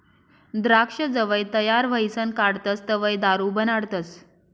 द्राक्ष जवंय तयार व्हयीसन काढतस तवंय दारू बनाडतस